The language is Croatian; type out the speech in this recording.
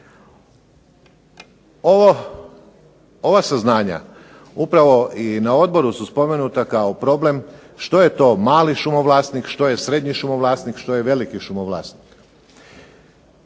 Ova saznanja upravo na odboru su spomenuta kao problem što je to mali šumovlasnik, što je srednji šumovlasnik, što je veliki šumovlasnik.